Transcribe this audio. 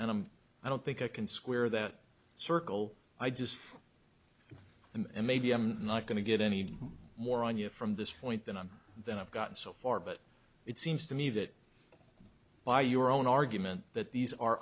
and i'm i don't think i can square that circle i just and maybe i'm not going to get any more anya from this point than on that i've gotten so far but it seems to me that by your own argument that these are